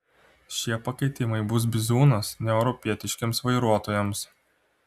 šie pakeitimai bus bizūnas neeuropietiškiems vairuotojams